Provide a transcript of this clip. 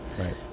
Right